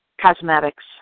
cosmetics